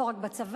לא רק בצבא,